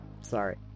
Sorry